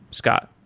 scott?